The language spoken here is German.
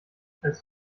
als